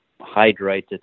hydrated